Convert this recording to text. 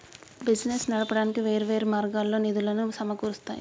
business నడపడానికి వేర్వేరు మార్గాల్లో నిధులను సమకూరుత్తారు